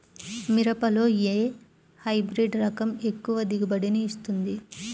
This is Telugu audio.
మిరపలో ఏ హైబ్రిడ్ రకం ఎక్కువ దిగుబడిని ఇస్తుంది?